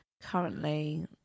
currently